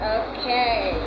okay